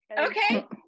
Okay